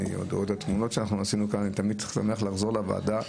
אני תמיד שמח לחזור לוועדה.